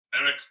Eric